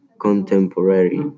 contemporary